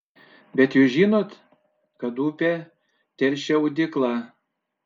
bet jūs žinot kad upę teršia audykla